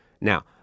Now